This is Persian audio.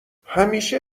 همیشه